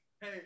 Hey